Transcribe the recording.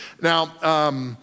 Now